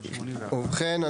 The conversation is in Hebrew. ובכן,